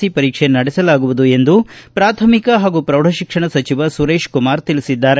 C ಪರೀಕ್ಷೆ ನಡೆಸಲಾಗುವುದು ಎಂದು ಪ್ರಾಥಮಿಕ ಹಾಗೂ ಪ್ರೌಢಶಿಕ್ಷಣ ಸಚಿವ ಸುರೇಶ್ಕುಮಾರ್ ತಿಳಿಸಿದ್ದಾರೆ